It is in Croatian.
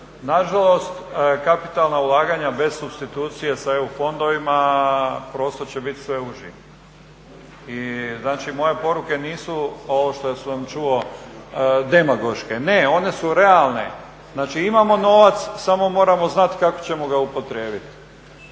Nažalost, kapitalna ulaganja bez supstitucije sa EU fondovima, prostor će biti sve uži i znači, moje poruke nisu ovo što sam čuo, demagoške, ne, one su realne. Znači, imamo novac, samo moramo znati kako ćemo ga upotrijebiti.